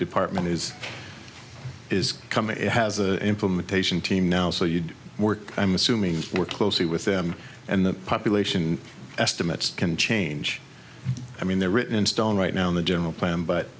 department is is coming it has an implementation team now so you'd work i'm assuming work closely with them and the population estimates can change i mean they're written in stone right now in the general plan but